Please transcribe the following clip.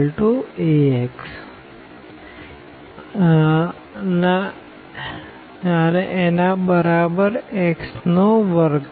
તો અહિયાં x2y2ax ના બરાબર x નો વર્ગ છે